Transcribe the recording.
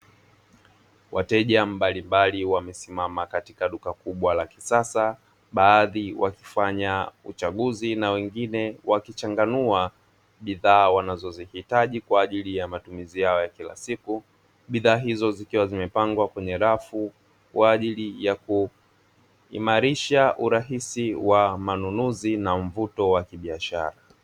Wateja mbalimbali wamesimama katika duka kubwa la kisasa, baadhi wakifanya uchaguzi na wengine wakichanganua bidhaa wanazozihitaji kwa ajili ya matumizi yao ya kila siku; bidhaa hizo zikiwa zimepangwa kwenye rafu kwa ajili ya kuimarisha urahisi wa manunuzi na mvuto wa kibiashara.